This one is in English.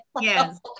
Yes